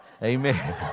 Amen